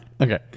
Okay